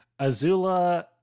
Azula